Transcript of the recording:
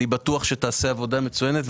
אני בטוח שתעשה עבודה מצוינת.